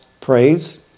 praise